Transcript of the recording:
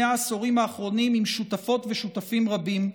העשורים האחרונים עם שותפות ושותפים רבים,